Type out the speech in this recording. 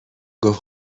گفت